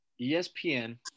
ESPN